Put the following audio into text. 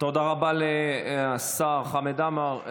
תודה רבה לשר חמד עמאר.